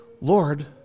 Lord